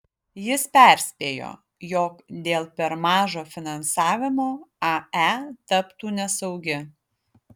jis perspėjo jog dėl per mažo finansavimo ae taptų nesaugi